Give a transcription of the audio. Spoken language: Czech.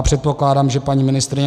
Předpokládám, že paní ministryně